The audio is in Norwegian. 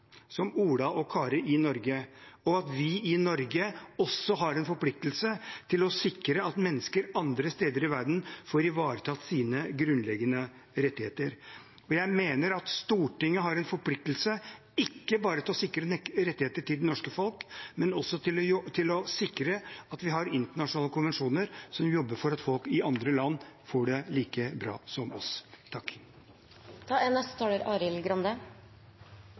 som Ola og Kari i Norge, og at vi i Norge også har en forpliktelse til å sikre at mennesker andre steder i verden får ivaretatt sine grunnleggende rettigheter. Jeg mener at Stortinget har en forpliktelse ikke bare til å sikre rettigheter til det norske folk, men også til å sikre at vi har internasjonale konvensjoner som jobber for at folk i andre land får det like bra som oss.